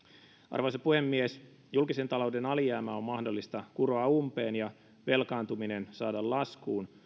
arvoisa puhemies julkisen talouden alijäämä on mahdollista kuroa umpeen ja velkaantuminen saada laskuun